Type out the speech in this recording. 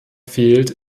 fehlt